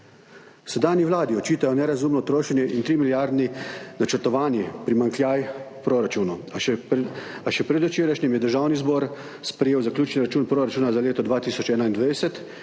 Sedanji Vladi očitajo nerazumno trošenje in 3-milijardni načrtovani primanjkljaj v proračunu, a še predvčerajšnjim je Državni zbor sprejel zaključni račun proračuna za leto 2021,